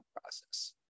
process